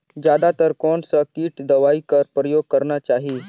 जादा तर कोन स किट दवाई कर प्रयोग करना चाही?